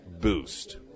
boost